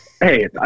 Hey